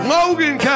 Logan